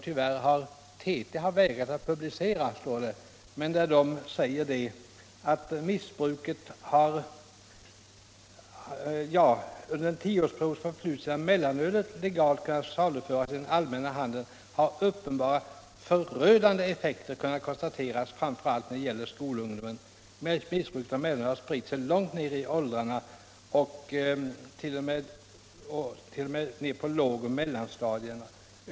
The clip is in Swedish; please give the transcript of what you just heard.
Tyvärr har TT, enligt vad det står, vägrat publicera appellen. Där står emellertid bl.a. följande: ”Under den 10-årsperiod som förflutit sedan mellanölet legalt kunnat saluföras i den allmänna handeln, har uppenbara förödande effekter kunnat konstateras framför allt när det gäller skolungdomen. Missbruket av mellanöl har spritt sig långt ner i åldrarna och är t.o.m. frekvent på lågoch mellanstadierna.